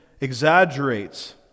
exaggerates